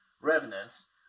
Revenants